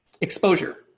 exposure